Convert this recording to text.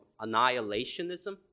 annihilationism